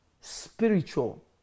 spiritual